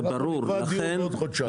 נקבע דיון לעוד חודשיים.